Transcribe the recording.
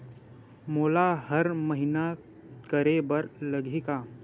मोला हर महीना करे बर लगही का?